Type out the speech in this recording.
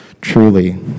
truly